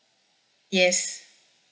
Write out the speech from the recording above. yes